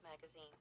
magazine